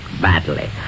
badly